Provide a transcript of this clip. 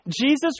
Jesus